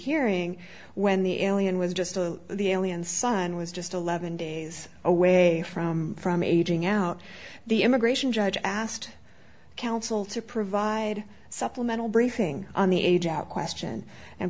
hearing when the alien was just the alien son was just eleven days away from from aging out the immigration judge asked counsel to provide supplemental briefing on the age out question and